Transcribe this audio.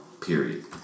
Period